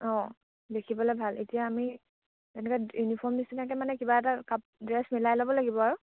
অঁ দেখিবলে ভাল এতিয়া আমি তেনেকে ইউনিফৰ্ম নিচিনাকে মানে কিবা এটা কাপ ড্ৰেছ মিলাই ল'ব লাগিব আৰু